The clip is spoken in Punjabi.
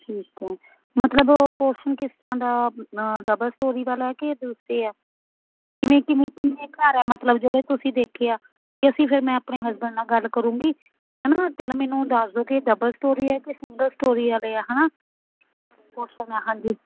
ਠੀਕ ਆ ਮਤਲਬ ਪੋਰਸ਼ਨ ਕਿਸ ਤਰ੍ਹਾਂ ਦਾ ਡਬਲ ਸਟੋਰੀ ਵਾਲਾ ਕਿ ਦੂਸਰੇ ਆ ਕਿਵੇਂ ਕਿਵੇਂ ਕਿੰਨੇ ਘਰ ਆ ਮਤਲਬ ਜਿਹੜੇ ਤੁਸੀਂ ਦੇਖੇ ਆ ਕਿ ਅਸੀਂ ਫਿਰ ਮੈਂ ਆਪਣੇ ਹਸਬੈਂਡ ਨਾਲ ਗੱਲ ਕਰੂੰਗੀ ਹੈ ਨਾ ਪਹਿਲਾਂ ਮੈਨੂੰ ਦੱਸ ਦਿਓ ਕਿ ਡਬਲ ਸਟੋਰੀ ਹੈ ਕਿ ਸਿੰਗਲ ਸਟੋਰੀ ਵਾਲੇ ਆ ਹੈ ਨਾ ਪੋਰਸ਼ਨ ਆ ਹਾਂਜੀ